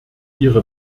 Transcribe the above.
ihre